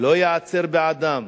לא יעצרו בעדם